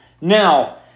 Now